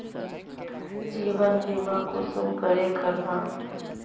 जीवन बीमा कुंसम करे करवाम?